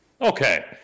Okay